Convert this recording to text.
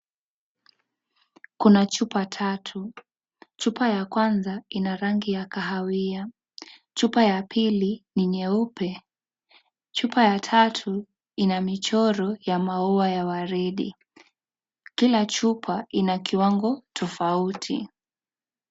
Kuna chupa tatu; chupa ya kwanza ina rangi ya kahawia. Chupa ya pili ni nyeupe. Chupa ya tatu ina michoro ya waridi. Kila chupa ina kiwango tofauti.